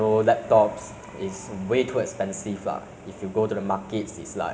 the laptop won't last for that long lah so I still prefer like